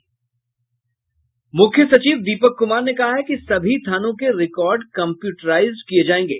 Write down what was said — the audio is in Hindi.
मुख्य सचिव दीपक कुमार ने कहा है कि सभी थानों के रिकॉर्ड कंप्यूटराइज्ड किये जायेंगे